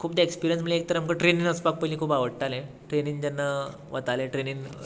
खुबदां एक्स्पिरियन्स ड म्हळ्यार एक तर आमकां ट्रेनीन वचपाक पयलीं खूब आवडटालें ट्रेनीन जेन्ना वताले ट्रेनीन